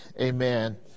Amen